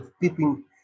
peeping